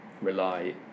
rely